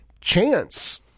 Chance